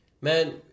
man